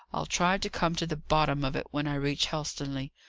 i'll try to come to the bottom of it, when i reach helstonleigh,